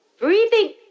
breathing